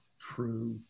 true